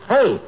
Hey